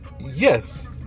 yes